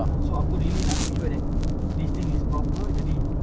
so aku really nak make sure that this thing is proper jadi